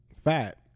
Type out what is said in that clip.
fat